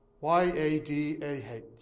Y-A-D-A-H